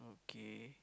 okay